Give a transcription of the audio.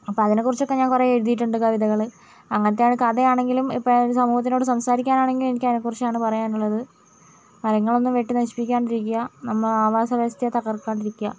അപ്പം അതിനെക്കുറിച്ചൊക്കെ ഞാൻ കുറേ എഴുതിയിട്ടുണ്ട് കവിതകൾ അങ്ങനത്തെ ആണ് കഥയാണെങ്കിലും എപ്പോഴായാലും സമൂഹത്തിനോട് സംസാരിക്കാനാണെങ്കിൽ എനിക്ക് അതിനെക്കുറിച്ച് ആണ് പറയാനുള്ളത് മരങ്ങളൊന്നും വെട്ടി നശിപ്പിക്കാണ്ടിരിക്കുക നമ്മളെ ആവാസ വ്യവസ്ഥയെ തകർക്കാണ്ടിരിക്കുക